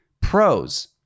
Pros